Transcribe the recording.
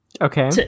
Okay